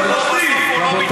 הוא לא, בסוף הוא לא מתחתן.